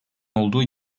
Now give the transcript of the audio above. olduğu